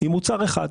עם מוצר אחד,